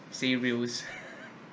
say views